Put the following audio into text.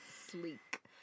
Sleek